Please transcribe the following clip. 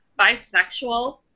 bisexual